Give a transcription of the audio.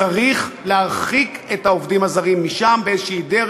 צריך להרחיק את העובדים הזרים משם באיזו דרך שהיא,